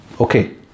Okay